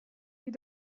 you